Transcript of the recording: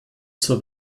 zur